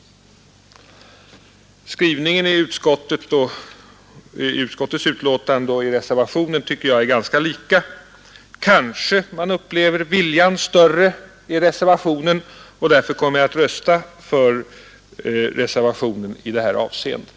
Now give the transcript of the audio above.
Skrivningen i utskottets betänkande och i reservationen är enligt min uppfattning ganska lika. Man kanske upplever viljan större i reservationen, och därför kommer jag att rösta för reservationen i det här avseendet.